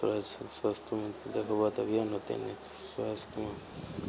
तोरा स्वास्थ्यमे देखबहो तभीये ने होतय स्वास्थये मे